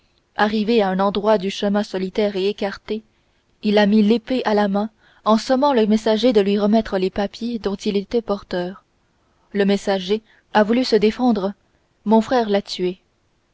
arrivé à un endroit du chemin solitaire et écarté il a mis l'épée à la main en sommant le messager de lui remettre les papiers dont il était porteur le messager a voulu se défendre mon frère l'a tué